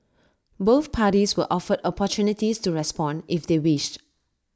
both parties were offered opportunities to respond if they wished